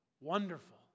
Wonderful